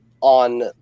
on